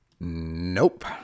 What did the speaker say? nope